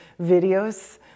videos